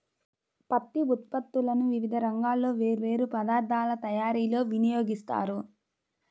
పత్తి ఉత్పత్తులను వివిధ రంగాల్లో వేర్వేరు పదార్ధాల తయారీలో వినియోగిస్తారు